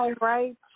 right